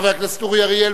חבר הכנסת אורי אריאל,